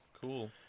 cool